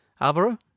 Alvaro